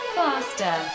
faster